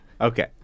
Okay